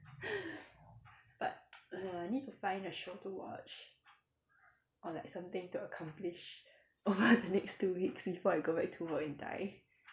but I need to find a show to watch or like something to accomplish over the next two weeks before I go back to work and die